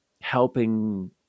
helping